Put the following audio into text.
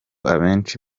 abenshi